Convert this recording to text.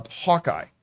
Hawkeye